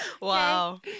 Wow